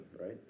right